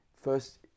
First